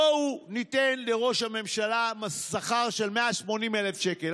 בואו ניתן לראש הממשלה שכר של 180,000 שקל.